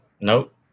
Nope